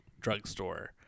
drugstore